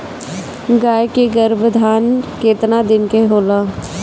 गाय के गरभाधान केतना दिन के होला?